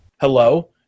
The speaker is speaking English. Hello